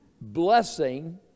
blessing